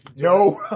No